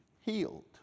healed